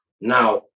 Now